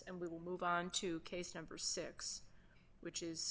and we will move on to case number six which is